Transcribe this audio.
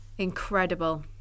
Incredible